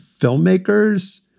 filmmakers